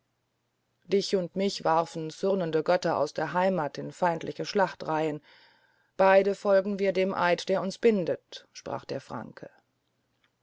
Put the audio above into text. dich und mich warfen zürnende götter aus der heimat in feindliche schlachtreihen beide folgen wir dem eid der uns bindet sprach der franke